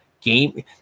Game